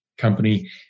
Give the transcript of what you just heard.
Company